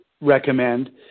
recommend